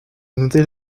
noter